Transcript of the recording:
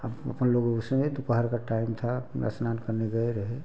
अब अपन लोग उस समय दोपहर का टाइम था गंगा स्नान करने गए रहे